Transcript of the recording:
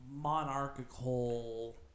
monarchical